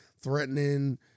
threatening